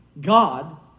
God